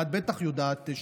ואת בטח יודעת,